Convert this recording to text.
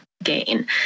Gain